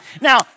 Now